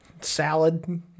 salad